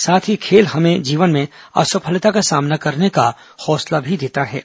साथ ही खेल हमें जीवन में असफलता का सामना करने का हौसला भी देता हे